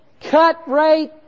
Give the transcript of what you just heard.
cut-rate